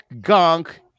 Gunk